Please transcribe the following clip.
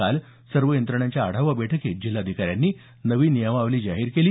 काल सर्व यंत्रणांच्या आढावा बैठकीत जिल्हाधिकाऱ्यांनी नवी नियमावली जाहीर केली